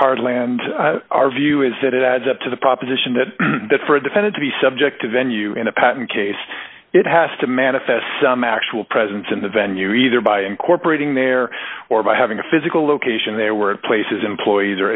heartland our view is that it adds up to the proposition that for a defendant to be subject a venue in a patent case it has to manifest some actual presence in the venue either by incorporating there or by having a physical location there were places employees